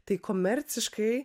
tai komerciškai